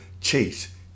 chase